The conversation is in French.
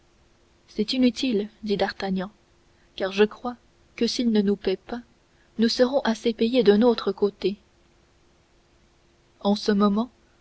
c'est inutile dit d'artagnan car je crois que s'il ne nous paie pas nous serons assez payés d'un autre côté en ce moment